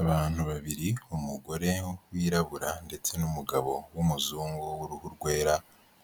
Abantu babiri , umugore wirabura ndetse n'umugabo w'umuzungu w'uruhu rwera